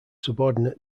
subordinate